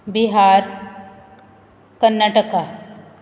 Bihar Karnataka